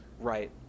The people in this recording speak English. Right